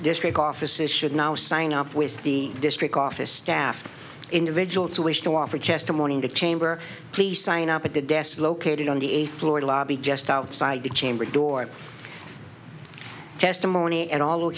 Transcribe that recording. district offices should now sign up with the district office staff individuals who wish to offer testimony in the chamber please sign up at the desk located on the eighth floor lobby just outside the chamber door testimony and all